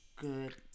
good